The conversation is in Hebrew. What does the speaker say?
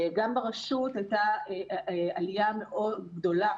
גם ברשות הייתה עלייה מאוד גדולה,